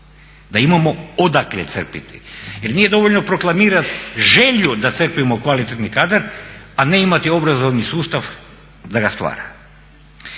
da imamo odakle crpiti. Jer nije dovoljno proklamirati želju da crpimo kvalitetni kadar a ne imati obrazovni sustav da ga stvara.